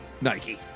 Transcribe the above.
Nike